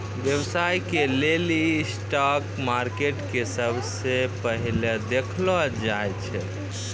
व्यवसाय के लेली स्टाक मार्केट के सबसे पहिलै देखलो जाय छै